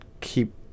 keep